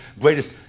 greatest